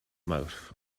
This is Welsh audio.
mawrth